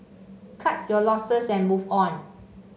cut your losses and move on